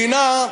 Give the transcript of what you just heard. מדינה,